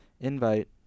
Invite